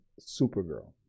Supergirl